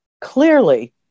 clearly